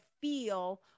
feel